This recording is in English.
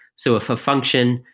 so if a function,